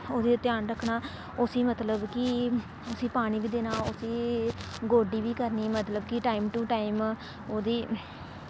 ओह्दे ध्यान रक्खना उस्सी मतलब कि उस्सी पानी बी देना उस्सी गोड्डी बी करनी मतलब कि टाइम टू टाइम ओह्दी